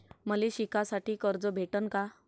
मले शिकासाठी कर्ज भेटन का?